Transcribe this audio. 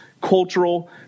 cultural